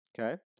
Okay